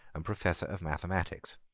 and professor of mathematics.